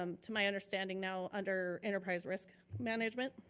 um to my understanding, now, under, enterprise risk management,